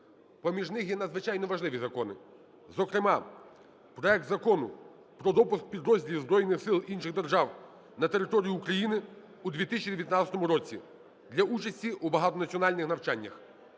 поміж них є надзвичайно важливі закони, зокрема проект Закону про допуск підрозділів збройних сил інших держав на територію України у 2019 році для участі у багатонаціональних навчаннях.